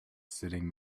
sitting